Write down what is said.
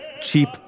cheap